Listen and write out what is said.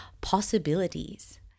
possibilities